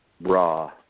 Raw